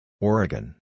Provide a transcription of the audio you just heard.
Oregon